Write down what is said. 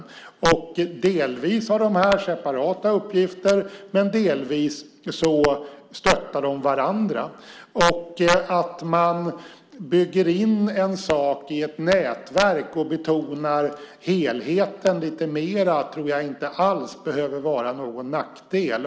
Delvis har de här institutionerna separata uppgifter, men delvis stöttar de också varandra. Att man bygger in en sak i ett nätverk och betonar helheten lite mer tror jag inte alls behöver vara någon nackdel.